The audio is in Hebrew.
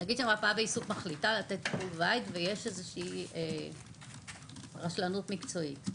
נגיד שמרפאה בעיסוק מחליטה לתת טיפול בית ויש איזה שהיא רשלנות מקצועית,